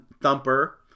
Thumper